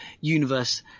universe